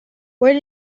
where